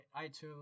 iTunes